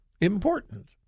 important